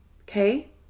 okay